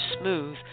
smooth